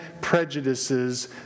prejudices